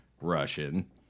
Russian